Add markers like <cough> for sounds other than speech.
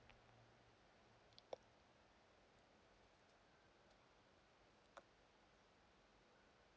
<noise>